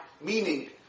Meaning